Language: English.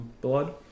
blood